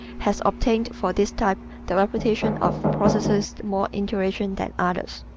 has obtained for this type the reputation of possessing more intuition than others.